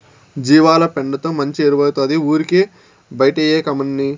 జీవాల పెండతో మంచి ఎరువౌతాది ఊరికే బైటేయకమ్మన్నీ